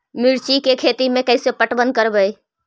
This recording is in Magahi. मिर्ची के खेति में कैसे पटवन करवय?